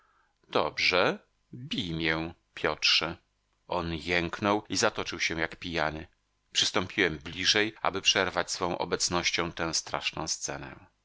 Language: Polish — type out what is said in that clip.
dobrze bij mię piotrze on jęknął i zatoczył się jak pijany przystąpiłem bliżej aby przerwać swą obecnością tę straszną scenę